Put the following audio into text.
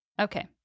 Okay